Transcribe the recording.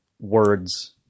words